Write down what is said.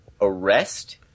arrest